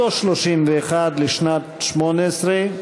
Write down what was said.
אותו סעיף 31 לשנת 2018,